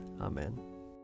Amen